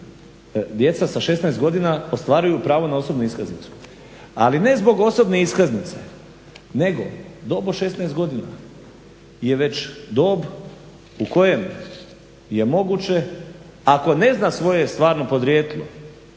djeca sa 16 godina ostvaruju pravo na osobnu iskaznicu. Ali ne zbog osobne iskaznice, nego dob od 16 godina je već dob u kojoj je moguće ako ne zna svoje stvarno podrijetlo